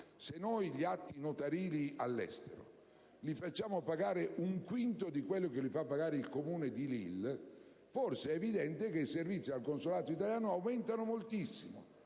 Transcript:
Se gli atti notarili all'estero li facciamo pagare un quinto di quanto li fa pagare il Comune di Lille, è probabile che i servizi al consolato italiano aumentino moltissimo.